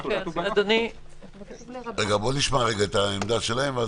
בואו נשמע את העמדה שלהם.